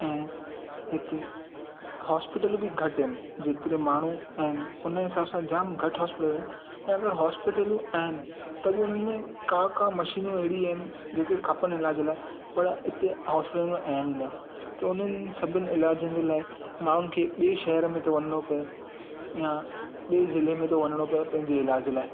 ऐं हिते हॉस्पिटल बि घटि आहिनि जेतिरा माण्हू आहिनि हुनजे हिसाब सां जाम घटि हॉस्पिटल त अगरि हॉस्पिटलूं आहिनि त बि हुन में का का मशीनियूं अहिड़ी आहिनि जेके खपनि इलाज लाइ पर हिते हॉस्पिटल में आहिनि ई न त हुननि सभिनी इलाजनि जे लाइ माण्हुनि खे ॿिए शहर में थो वञिणो पिए या ॿिए ज़ीले में थो वञिणो पिए पंहिंजे इलाज जे लाइ